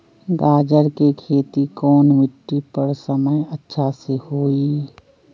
गाजर के खेती कौन मिट्टी पर समय अच्छा से होई?